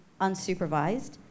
unsupervised